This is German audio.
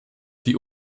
die